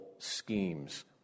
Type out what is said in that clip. schemes